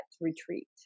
retreat